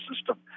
system